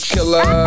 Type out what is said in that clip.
Killer